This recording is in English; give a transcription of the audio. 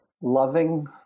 loving